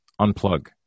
unplug